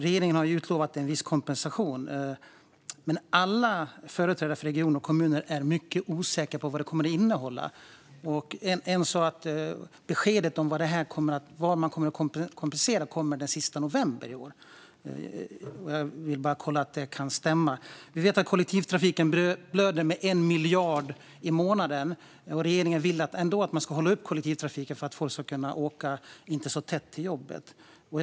Regeringen har ju utlovat en viss kompensation, men alla företrädare för regioner och kommuner är mycket osäkra på vad den kommer att innehålla. En sa att beskedet om vad man kommer att kompensera kommer den sista november i år. Jag vill bara kolla om det kan stämma. Vi vet att kollektivtrafiken blöder med 1 miljard i månaden. Regeringen vill ändå att man ska hålla uppe kollektivtrafiken så att folk ska kunna åka till jobbet utan att sitta så tätt.